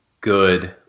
good